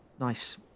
Nice